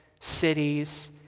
cities